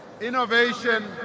innovation